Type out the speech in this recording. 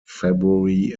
february